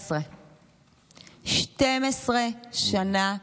15. הוא תמיד קיצוני.